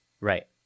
Right